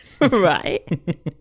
Right